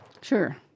Sure